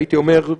והייתי אומר,